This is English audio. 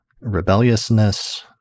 rebelliousness